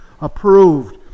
Approved